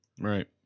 Right